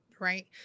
right